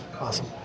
Awesome